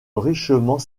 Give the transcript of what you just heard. richement